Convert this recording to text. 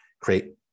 Create